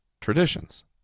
traditions